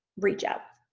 reach out.